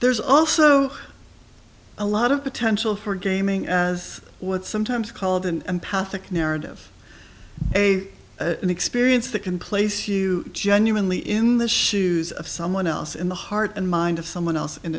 there's also a lot of potential for gaming as what's sometimes called and pathic narrative a an experience that can place you genuinely in the shoes of someone else in the heart and mind of someone else in